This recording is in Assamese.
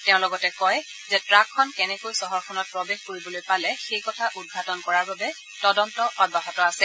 তেওঁ লগতে কয় যে ট্ৰাকখন কেনেকৈ চহৰখনত প্ৰৱেশ কৰিব পালে সেই কথা উদঘাটন কৰাৰ বাবে তদন্ত অব্যাহত আছে